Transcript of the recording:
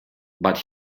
but